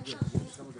למשל.